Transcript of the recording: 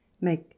make